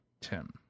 Tim